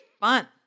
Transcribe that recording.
fun